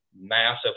Massive